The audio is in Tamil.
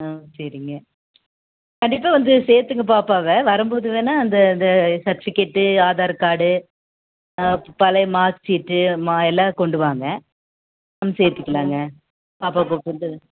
ஆ சரிங்க கண்டிப்பாக வந்து சேர்த்துக்கங்க பாப்பாவை வரும்போது வேணால் அந்த அந்த சர்டிஃபிக்கேட்டு ஆதார் கார்டு பழைய மார்க் ஷீட்டு மா எல்லா கொண்டு வாங்க ம் சேர்த்துக்கலாங்க பாப்பாவை இப்போ கொண்டு